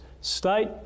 state